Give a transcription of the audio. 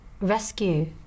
rescue